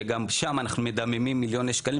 שגם שם אנחנו מדממים מילוני שקלים.